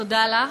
תודה לך.